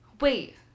Wait